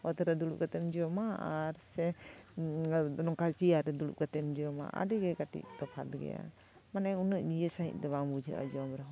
ᱚᱛᱨᱮ ᱫᱩᱲᱩᱵ ᱠᱟᱛᱮᱢ ᱡᱚᱢᱟ ᱟᱨ ᱥᱮ ᱟᱨ ᱱᱚᱝᱠᱟ ᱪᱮᱭᱟᱨ ᱨᱮ ᱫᱩᱲᱩᱵ ᱠᱟᱛᱮᱢ ᱡᱚᱢᱟ ᱟᱹᱰᱤᱜᱮ ᱠᱟᱹᱴᱤᱡ ᱛᱚᱯᱷᱟᱛ ᱜᱮᱭᱟ ᱢᱟᱱᱮ ᱩᱱᱟᱹᱜ ᱤᱭᱟᱹ ᱥᱟᱺᱦᱤᱡ ᱫᱚ ᱵᱟᱝ ᱵᱩᱡᱷᱟᱹᱜᱼᱟ ᱡᱚᱢ ᱨᱮᱦᱚᱸ